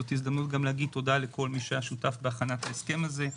זאת הזדמנות להגיד תודה לכל מי שהיה שותף בהכנת ההסכם הזה.